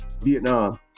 Vietnam